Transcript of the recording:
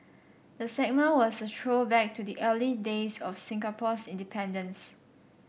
the segment was a throwback to the early days of Singapore's independence